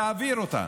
תעביר אותה.